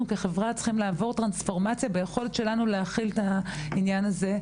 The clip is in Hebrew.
אנחנו כחברה צריכים לעבור טרנספורמציה ביכולת שלנו להכיל את העניין הזה.